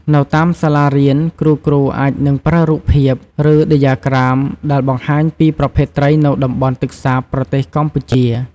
នៅតាមសាលារៀន គ្រូៗអាចនឹងប្រើរូបភាព ឬដ្យាក្រាមដែលបង្ហាញពីប្រភេទត្រីនៅតំបន់ទឹកសាបប្រទេសកម្ពុជា។